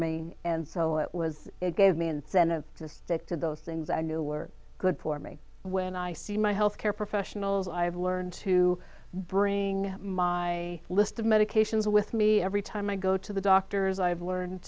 me and so it was it gave me incentive to stick to those things i knew were good for me when i see my health care professionals i've learned to bring my list of medications with me every time i go to the doctors i've learned